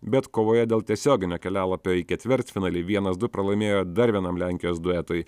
bet kovoje dėl tiesioginio kelialapio į ketvirtfinalį vienas du pralaimėjo dar vienam lenkijos duetui